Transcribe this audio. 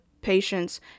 patients